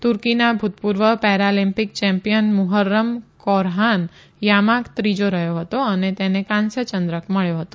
તુર્કીના ભૂતપૂર્વ paralympic champion Muharrem Korhan Yamac ત્રીજો રહ્યો હતો અને તેને કાંસ્યચંદ્રક મળ્યો હતો